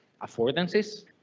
affordances